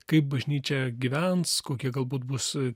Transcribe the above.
kaip bažnyčia gyvens kokie galbūt bus